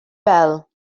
bell